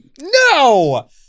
No